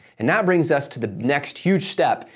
and that brings us to the next huge step,